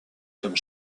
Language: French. comme